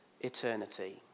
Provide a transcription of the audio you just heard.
eternity